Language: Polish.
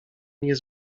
nie